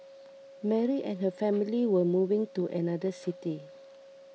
Mary and her family were moving to another city